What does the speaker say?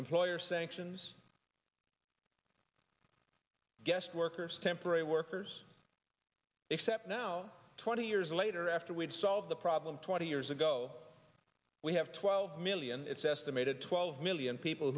employer sanctions guest workers temporary workers except now twenty years later after we've solved the problem twenty years ago we have twelve million it's estimated twelve million people